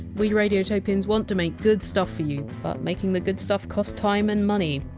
we radiotopians want to make good stuff for you, but making the good stuff costs time and money.